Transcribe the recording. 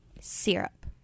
Syrup